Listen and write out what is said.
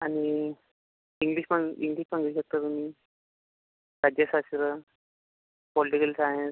आणि इंग्लिश मागू इंग्लिश मागू शकता तुम्ही राज्यशास्त्र पॉल्टिकल सायन्स